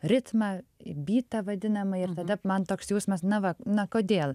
ritmą bytą vadinamą ir tada man toks jausmas na va na kodėl